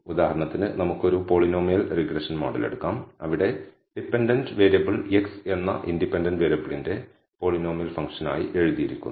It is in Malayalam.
ഉദാഹരണത്തിന് നമുക്ക് ഒരു പോളിനോമിയൽ റിഗ്രഷൻ മോഡൽ എടുക്കാം അവിടെ ഡിപെൻഡന്റ് വേരിയബിൾ x എന്ന ഇൻഡിപെൻഡന്റ് വേരിയബിളിന്റെ പോളിനോമിയൽ ഫംഗ്ഷനായി എഴുതിയിരിക്കുന്നു